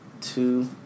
two